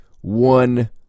one